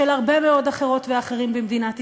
הרבה מאוד אחרות ואחרים במדינת ישראל.